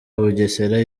bugesera